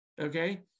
okay